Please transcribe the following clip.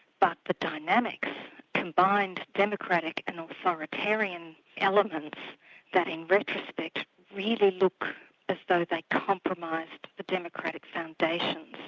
but the dynamics combined democratic and authoritarian elements that in retrospect really look as though they compromised the democratic foundations